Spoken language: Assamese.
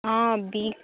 অঁ বিষ